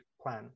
plan